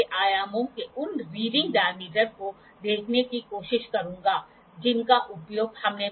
तो आइए अब इस एक न्यूमेरिकल को इस दिशा में हल करने का प्रयास करें ताकि हम साइन बार में न्यूमेरिकल हल करने की प्रयास कर सकें